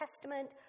Testament